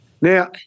now